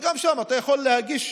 ושם אתה יכול להגיש